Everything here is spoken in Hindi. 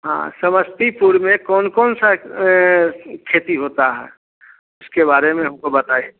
हाँ समस्तीपुर में कौन कौन सा खेती होती है उसके बारे में हमको बताएँ